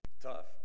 Tough